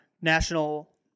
national